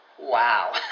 Wow